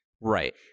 Right